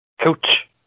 Coach